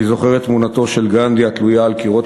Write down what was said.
אני זוכר את תמונתו של גנדי התלויה על קירות